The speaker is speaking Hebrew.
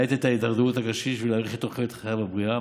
להאט את הידרדרות הקשיש ולהאריך את תוחלת חייו הבריאה,